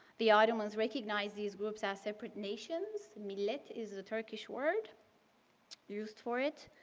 the ottomans recognized these groups as separate nations, millet is the turkish word used for it